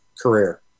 career